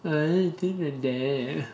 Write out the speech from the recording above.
err don't think like that